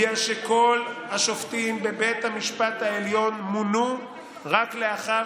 בגלל שכל השופטים בבית המשפט העליון מונו רק לאחר